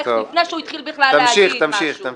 לפני שהוא התחיל בכלל להגיד משהו.